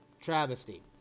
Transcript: travesty